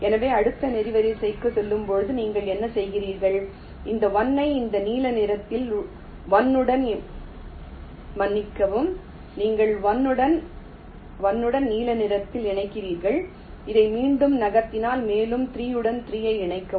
எனவே அடுத்த நெடுவரிசைக்கு செல்லும்போது நீங்கள் என்ன செய்கிறீர்கள் இந்த 1 ஐ இந்த நீல நிறத்தில் 1 உடன் மன்னிக்கவும் நீங்கள் 1 உடன் 1 உடன் நீல நிறத்தில் இணைக்கிறீர்கள் இதை மீண்டும் நகர்த்தினால் மேலும் 3 உடன் 3 ஐ இணைக்கவும்